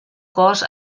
cos